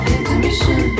Intermission